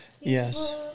Yes